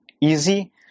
easy